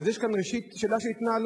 אז יש כאן, ראשית, שאלה של התנהלות,